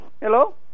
Hello